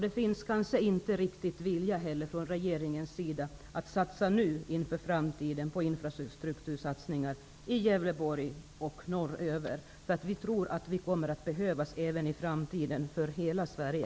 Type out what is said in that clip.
Det finns kanske inte heller någon riktig vilja hos regeringen att satsa nu inför framtiden på infrastrukturen i Gävleborg och norröver. Vi tror att vi kommer att behövas även i framtiden för hela Sverige.